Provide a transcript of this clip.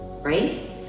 Right